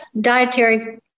dietary